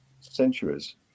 centuries